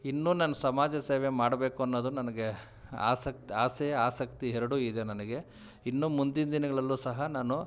ಇನ್ನೂ ನಾನು ಸಮಾಜ ಸೇವೆ ಮಾಡಬೇಕು ಅನ್ನೋದು ನನಗೆ ಆಸಕ್ತಿ ಆಸೆ ಆಸಕ್ತಿ ಎರಡು ಇದೆ ನನಗೆ ಇನ್ನು ಮುಂದಿನ ದಿನಗಳಲ್ಲೂ ಸಹ ನಾನು